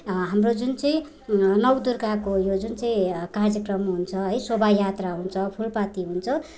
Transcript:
हाम्रो जुन चाहिँ नवदुर्गाको यो जुन चाहिँ कार्यक्रम हुन्छ है शोभायात्रा हुन्छ फुलपाती हुन्छ